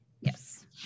Yes